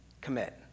commit